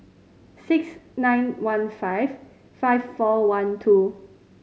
six nine one five five four one two